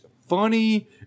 funny